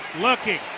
looking